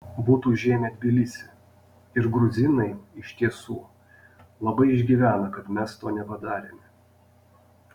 būtų užėmę tbilisį ir gruzinai iš tiesų labai išgyvena kad mes to nepadarėme